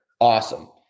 Awesome